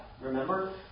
Remember